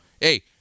Hey